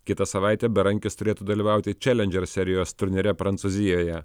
kitą savaitę berankis turėtų dalyvauti čelendžer serijos turnyre prancūzijoje